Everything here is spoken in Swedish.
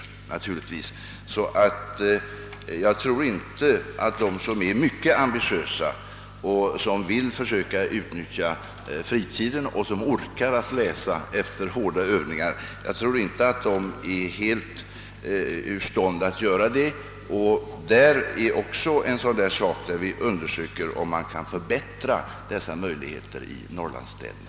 Jag tror därför att de som är mycket ambitiösa och som vill försöka utnyttja fritiden och som orkar att läsa efter hårda övningar inte är alldeles ur stånd att göra det. Frågan om att förbättra möjligheterna härvidlag i norrlandsstäderna hör också till de frågor som vi undersöker.